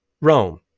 Rome